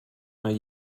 mal